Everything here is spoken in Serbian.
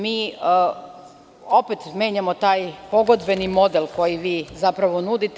Mi opet menjamo taj pogodbeni model koji vi zapravo nudite.